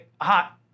hot